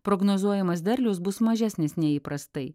prognozuojamas derlius bus mažesnis nei įprastai